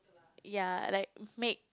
ya like make